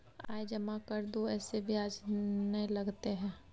आय जमा कर दू ऐसे ब्याज ने लगतै है?